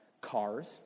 cars